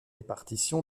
répartition